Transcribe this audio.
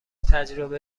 تجربه